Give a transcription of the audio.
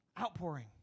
Outpouring